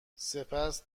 سپس